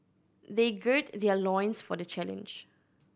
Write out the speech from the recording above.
they gird their loins for the challenge